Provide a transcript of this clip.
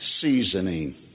seasoning